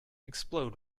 explode